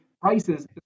prices